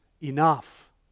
enough